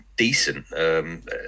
Decent